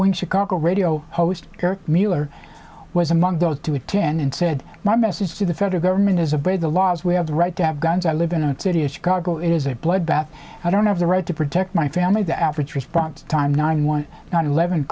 wing chicago radio host mueller was among those to attend and said my message to the federal government is a by the laws we have the right to have guns i live in the city of chicago it is a bloodbath i don't have the right to protect my family the average response time nine one hundred eleven